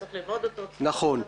--- נכון.